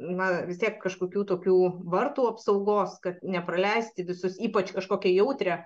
na vis tiek kažkokių tokių vartų apsaugos kad nepraleisti visus ypač kažkokią jautrią